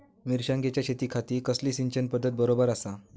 मिर्षागेंच्या शेतीखाती कसली सिंचन पध्दत बरोबर आसा?